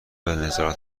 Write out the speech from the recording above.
نظارت